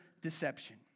deception